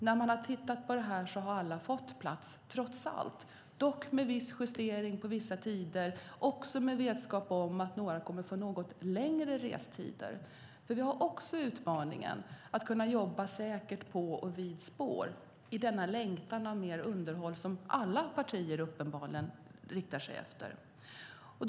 När man har tittat på detta har alla fått plats trots allt, dock med viss justering för vissa tider, med vetskap om att några kommer att få något längre restider. Vi har också utmaningen att kunna jobba säkert på och vid spår, i denna längtan efter mer underhåll som uppenbarligen finns hos alla partier.